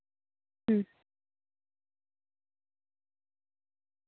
ᱦᱩᱸ